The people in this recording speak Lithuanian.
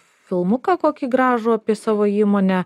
filmuką kokį gražų apie savo įmonę